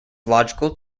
logical